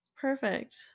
Perfect